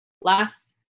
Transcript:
last